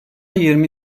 yirmi